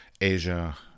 Asia